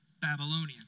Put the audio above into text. Babylonian